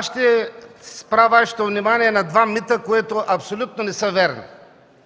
Ще спра Вашето внимание на два мита, които абсолютно не са верни.